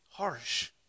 Harsh